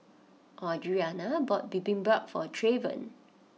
Audrianna bought Bibimbap for Trayvon